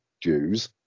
Jews